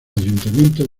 ayuntamiento